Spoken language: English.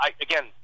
again